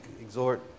exhort